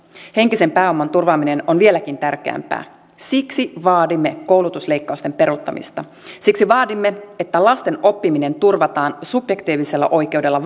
henkisen pääoman turvaaminen on vieläkin tärkeämpää siksi vaadimme koulutusleikkausten peruuttamista siksi vaadimme että lasten oppiminen turvataan subjektiivisella oikeudella